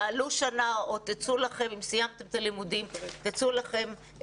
תעלו שנה או תצאו אם סיימתם את הלימודים לשוק